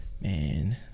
man